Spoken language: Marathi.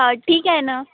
हा ठीक आहे ना